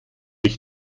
ich